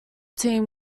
team